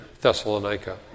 Thessalonica